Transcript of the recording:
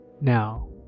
Now